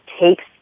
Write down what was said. takes